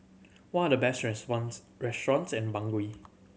what the best restaurants and Bangui